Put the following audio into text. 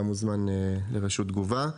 אתה מוזמן לרשות תגובה.